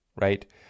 right